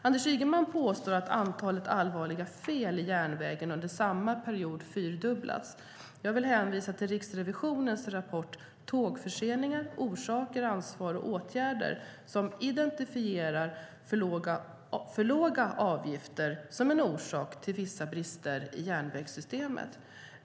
Anders Ygeman påstår att antalet allvarliga fel i järnvägen under samma period fyrdubblats. Jag vill hänvisa till Riksrevisionens rapport Tågförseningar - orsaker, ansvar och åtgärder , som identifierar för låga avgifter som en orsak till vissa brister i järnvägssystemet.